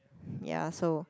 ya so